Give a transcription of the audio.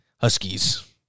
huskies